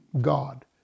God